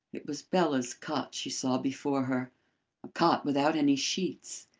it was bela's cot she saw before her a cot without any sheets.